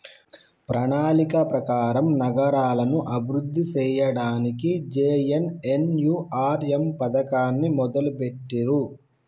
ప్రణాళిక ప్రకారం నగరాలను అభివృద్ధి సేయ్యడానికి జే.ఎన్.ఎన్.యు.ఆర్.ఎమ్ పథకాన్ని మొదలుబెట్టిర్రు